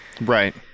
right